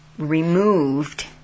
removed